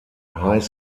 high